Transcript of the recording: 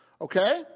Okay